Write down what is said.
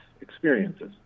experiences